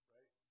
Right